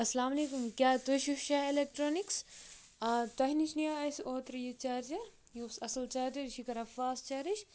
اَسَلامُ علیکُم کیٛاہ تُہۍ چھُو شاہ اٮ۪لٮ۪کٹرٛانِکس آ تۄہہِ نِش نِیو اَسہِ اوترٕ یہِ چارجَر یہِ اوس اَصٕل چارجَر یہِ چھِ کَران فاسٹ چارٕج